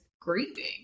grieving